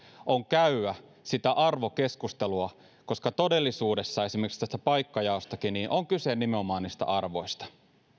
on käydä sitä arvokeskustelua koska todellisuudessa esimerkiksi tässä paikkajaossakin on kyse nimenomaan niistä arvoista